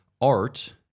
art